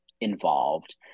involved